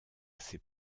ses